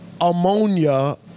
ammonia